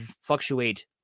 fluctuate